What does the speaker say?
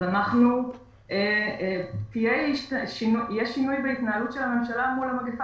אז יהיה שינוי בהתנהלות של הממשלה מול המגפה